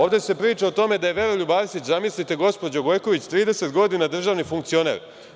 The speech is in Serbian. Ovde se priča o tome da je Veroljub Arsić, zamislite gospođo Gojković, 30 godina državni funkcioner.